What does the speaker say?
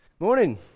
Morning